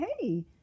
hey